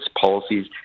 policies